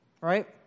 right